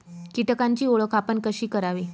कीटकांची ओळख आपण कशी करावी?